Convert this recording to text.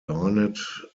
garnet